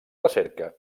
recerca